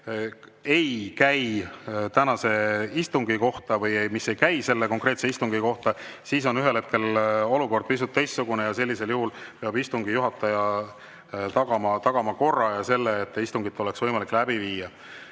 ei käi tänase istungi kohta või mis ei käi selle konkreetse istungi kohta, siis on olukord pisut teistsugune. Sellisel juhul peab istungi juhataja tagama korra ja selle, et istungit oleks võimalik läbi viia.